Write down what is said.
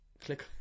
Click